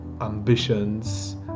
ambitions